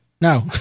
No